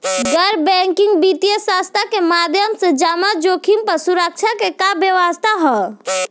गैर बैंकिंग वित्तीय संस्था के माध्यम से जमा जोखिम पर सुरक्षा के का व्यवस्था ह?